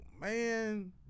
man